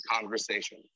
conversation